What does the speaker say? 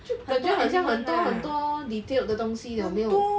就感觉好像很多很多 detailed 的东西有没有